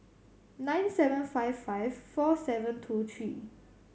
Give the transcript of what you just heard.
nine seven five five four seven two three